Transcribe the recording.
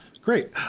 Great